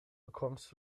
bekommst